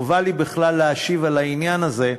חבל לי בכלל להשיב על העניין הזה.